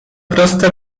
prosta